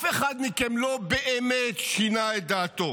אף אחד מכם לא באמת שינה את דעתו,